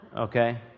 okay